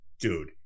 Dude